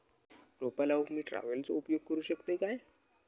रोपा लाऊक मी ट्रावेलचो उपयोग करू शकतय काय?